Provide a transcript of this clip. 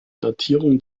datierung